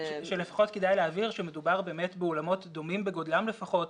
אני חושב שכדאי להבהיר שמדובר באולמות דומים בגודלם לפחות.